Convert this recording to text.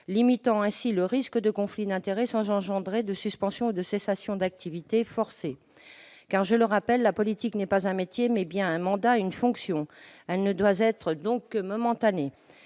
limiterait ainsi le risque de conflit d'intérêts sans engendrer de suspension ou de cessation forcée d'activité. En effet, je le rappelle, la politique n'est pas un métier, mais bien un mandat, une fonction ; elle ne doit donc être que momentanée.